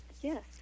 Yes